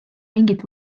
mingit